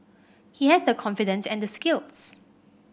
he has the confidence and the skills